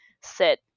sit